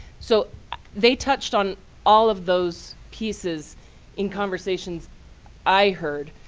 so they touched on all of those pieces in conversations i heard.